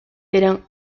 eran